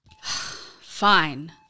Fine